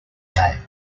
day